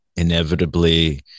inevitably